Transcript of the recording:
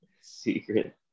Secret